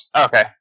Okay